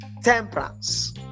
temperance